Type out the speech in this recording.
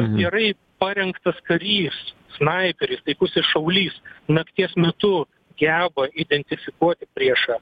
gerai parengtas karys snaiperis taikusis šaulys nakties metu geba identifikuoti priešą